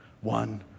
one